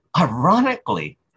Ironically